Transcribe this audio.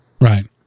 Right